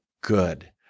good